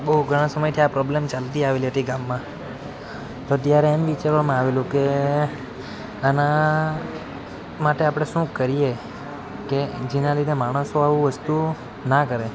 બહુ ઘણા સમયથી આ પ્રોબ્લમ ચાલતી આવેલી હતી ગામમાં તો ત્યારે એમ વિચારવામાં આવેલું કે આના માટે આપણે શું કરીએ કે જેનાં લીધે માણસો આવું વસ્તુ ના કરે